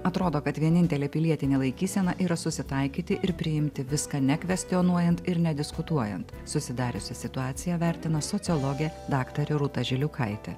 atrodo kad vienintelė pilietinė laikysena yra susitaikyti ir priimti viską nekvestionuojant ir nediskutuojant susidariusią situaciją vertino sociologė daktarė rūta žiliukaitė